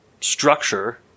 structure